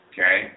Okay